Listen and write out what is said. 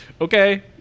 okay